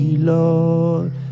Lord